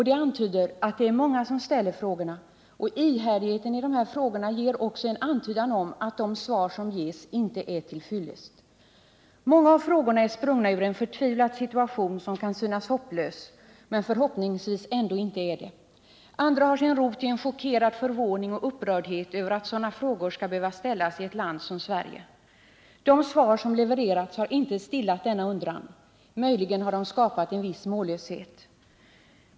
Det antyder att det är många som ställer frågorna, och Nr 104 ihärdigheten i dessa frågor ger också en antydan om att de svar som ges inte är Torsdagen den Lill yllest: 15 mars 1979 Många av frågorna är sprungna ur en förtvivlad situation, som kan synas hopplös men kanske ändå inte är det. Andra har sin rot i chockerad förvåning och upprördhet över att sådana frågor skall behöva ställas i ett land som Sverige. De svar som levererats har inte stillat denna undran; möjligen har de skapat en viss mållöshet.